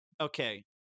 okay